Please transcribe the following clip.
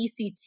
ECT